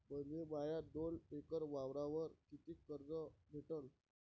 मले माया दोन एकर वावरावर कितीक कर्ज भेटन?